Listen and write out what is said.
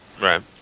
Right